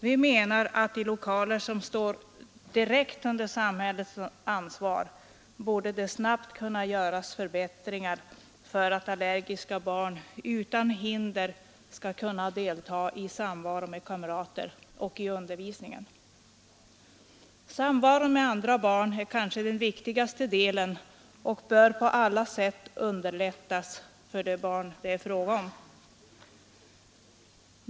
Vi menar att i lokaler som står direkt under samhällets ansvar borde det snabbt kunna göras förbättringar för att allergiska barn utan hinder skall kunna delta i samvaro med kamrater och i undervisningen. Samvaron med andra barn är kanske den viktigaste delen och bör på alla sätt underlättas för de barn det här är fråga om.